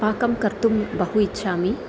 पाकं कर्तुं बहु इच्छामि